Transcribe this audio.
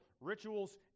rituals